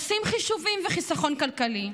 עושים חישובים וחיסכון כלכלי.